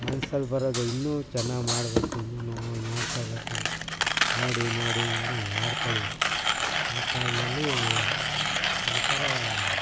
ಮನ್ಸಲ್ಲಿ ಬರೋದು ಇನ್ನೂ ಚೆನ್ನಾಗಿ ಮಾಡಬೇಕು ಇನ್ನೂ ನೋಡ್ಕೊಳ್ಬೇಕು ಅಂತ ನೋಡಿ ನೋಡಿ ನೋಡಿ ಮಾಡ್ಕೊಳ್ಳೆವೆ ಆ ಕಾಲದಲ್ಲಿ ಆ ಥರ